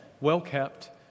well-kept